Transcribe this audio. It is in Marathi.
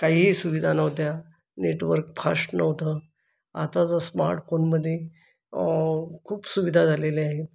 काहीही सुविधा नव्हत्या नेटवर्क फाष्ट नव्हतं आत्ताचा स्मार्टफोनमध्ये खूप सुविधा झालेल्या आहे